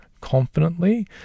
confidently